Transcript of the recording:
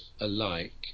alike